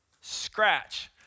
scratch